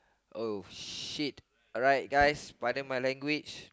oh shit alright guys pardon my language